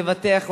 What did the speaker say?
לבטח אותנו,